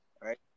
Right